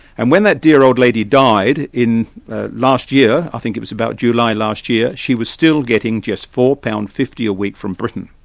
and when that dear old lady died, ah last year, i think it was about july last year, she was still getting just four pounds fifty a week from britain.